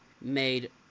made